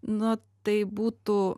nu tai būtų